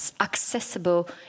accessible